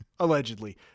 Allegedly